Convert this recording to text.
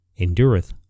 endureth